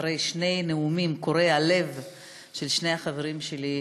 אחרי שני הנאומים קורעי הלב של שני החברים שלי,